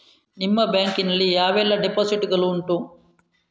ನಿಮ್ಮ ಬ್ಯಾಂಕ್ ನಲ್ಲಿ ಯಾವೆಲ್ಲ ಡೆಪೋಸಿಟ್ ಗಳು ಉಂಟು?